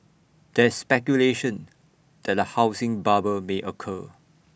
there is speculation that A housing bubble may occur